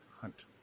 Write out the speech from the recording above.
Hunt